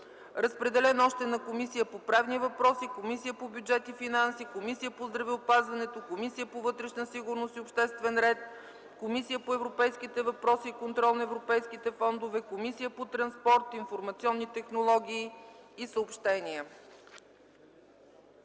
Разпределен е още на Комисията по правни въпроси, Комисията по бюджет и финанси, Комисията по здравеопазването, Комисията по вътрешна сигурност и обществен ред, Комисията по европейските въпроси и контрол на европейските фондове, Комисията по транспорт, информационни технологии и съобщения.